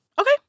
Okay